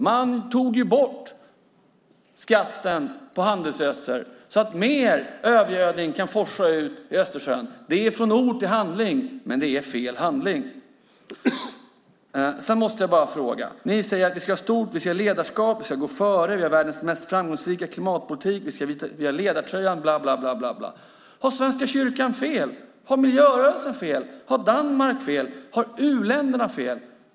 Man tog ju bort skatten på handelsgödsel, så att mer övergödning kan forsa ut i Östersjön. Det är att gå från ord till handling, men det är fel handling. Sedan måste jag bara fråga. Ni säger att vi ska ha ledarskap och gå före, att vi har världens framgångsrikaste klimatpolitik och att vi har ledartröjan och så vidare. Har alltså Svenska kyrkan fel? Har miljörörelsen fel? Har Danmark fel? Har u-länderna fel?